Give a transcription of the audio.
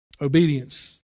obedience